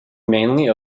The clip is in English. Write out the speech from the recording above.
mainly